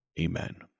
Amen